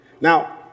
Now